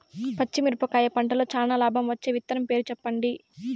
పచ్చిమిరపకాయ పంటలో చానా లాభం వచ్చే విత్తనం పేరు చెప్పండి?